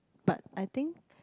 but I think